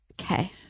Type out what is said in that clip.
okay